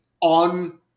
on